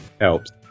Helps